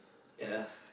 ya